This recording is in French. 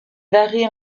varie